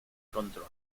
control